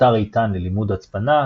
אתר אית"ן ללימוד הצפנה,